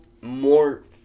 more